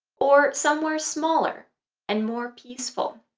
or somewhere smaller and more peaceful?